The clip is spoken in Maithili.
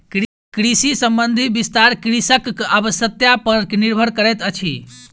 कृषि संबंधी विस्तार कृषकक आवश्यता पर निर्भर करैतअछि